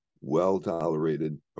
well-tolerated